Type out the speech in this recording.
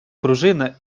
пружина